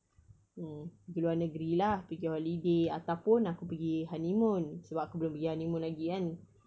mm pergi luar negeri lah pergi holiday ataupun aku pergi honeymoon sebab aku belum pergi honeymoon lagi kan